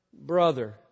brother